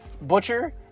Butcher